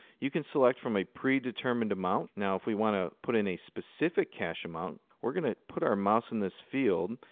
you can select from a predetermined amount. now, if we want to put in a specific cash amount, we're going to put our mouse in this field,